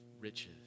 riches